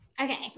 okay